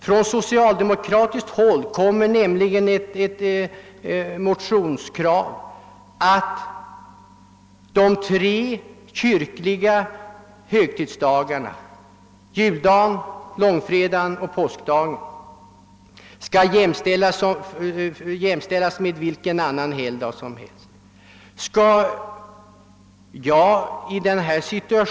Från socialdemokratiskt håll framförs nämligen motionskravet att de tre kyrkliga högtidsdagarna juldagen, långfredagen och påskdagen skall jämställas med vilken annan helgdag som helst och att därför nöjesförbudet skall upphävas beträffande dessa dagar.